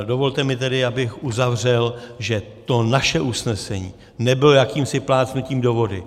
Dovolte mi tedy, abych uzavřel, že to naše usnesení nebylo jakýmsi plácnutím do vody.